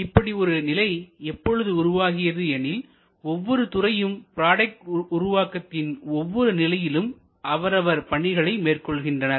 இப்படி ஒரு நிலை எப்பொழுது உருவாகியது எனில் ஒவ்வொரு துறையும் ப்ராடக்ட் உருவாக்கத்தின் ஒவ்வொரு நிலையிலும் அவரவர் பணிகளை மேற்கொள்கின்றனர்